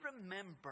remember